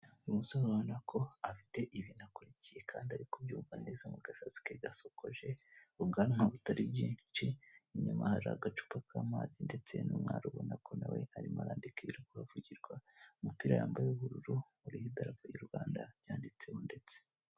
Uyu musoro urabonako afite ibintu akurikiye kandi ari kubyumva neza mu gasatsi ke gasokoje, ubwanwa butari bwishi, inyuma hari agacupa k'amazi ndetse n'umwari ubonako nawe arimo arandika ibiri kuhavugirwa, umupira yambaye w' ubururu uriho idarapo ry'u Rwanda byanditseho ndetse.